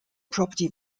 property